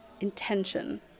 intention